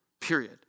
Period